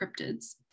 cryptids